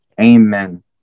amen